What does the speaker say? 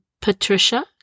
Patricia